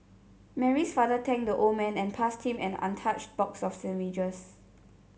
Mary's father thanked the old man and passed him an untouched box of sandwiches